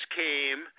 came